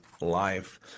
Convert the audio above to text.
life